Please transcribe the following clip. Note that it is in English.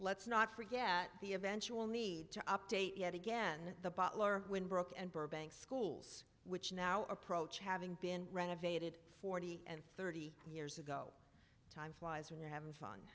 let's not forget the eventual need to update yet again the bottler when brooke and burbank schools which now approach having been renovated forty and thirty years ago time flies when you're having fun